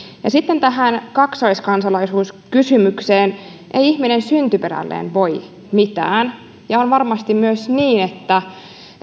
sitten tähän kaksoiskansalaisuuskysymykseen ei ihminen syntyperälleen voi mitään ja on varmasti myös niin että